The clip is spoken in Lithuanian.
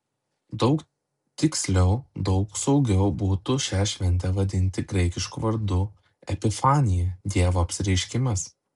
daug tiksliau daug saugiau būtų šią šventę vadinti graikišku vardu epifanija dievo apsireiškimas